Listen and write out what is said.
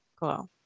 cool